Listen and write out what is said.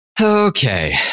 Okay